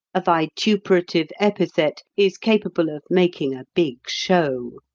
a vituperative epithet is capable of making a big show.